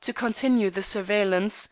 to continue the surveillance,